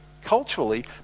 culturally